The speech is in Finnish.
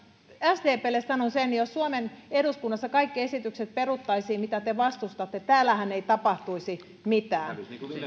sdplle sanon sen että jos suomen eduskunnassa kaikki esitykset peruttaisiin mitä te vastustatte täällähän ei tapahtuisi mitään